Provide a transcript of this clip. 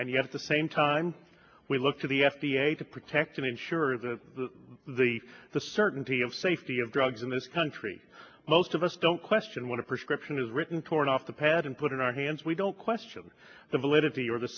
and yet at the same time we look to the f d a to protect and ensure the the the certainty of safety of drugs in this country most of us don't question what a prescription is written torn off the patent put in our hands we don't question the validity or the